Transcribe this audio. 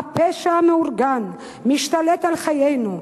"הפשע המאורגן משתלט על חיינו.